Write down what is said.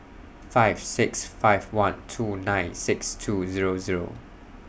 five six five one two nine six two Zero Zero